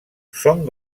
són